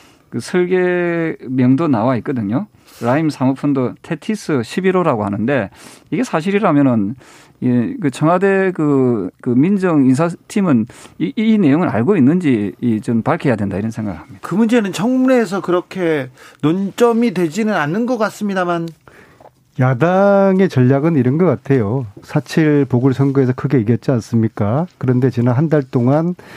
그 설계명도 나와 있거든요. 라임 사모펀드 테티스 11호라고 하는데 이게 사실이라면은 이 그 청와대 그- 그 민정 인사팀은 이- 이 내용을 알고 있는지 이 좀 밝혀야 된다 이런 생각을 합니다. 그 문제는 청문회에서 그렇게 논점이 되지는 않는 것 같습니다만. 야당의 전략은 이런 것 같아요. 4.7 보궐선거에서 크게 이겼지 않습니까? 그런데 지난 한 달 동안